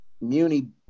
muni